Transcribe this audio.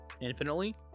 infinitely